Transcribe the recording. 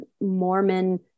Mormon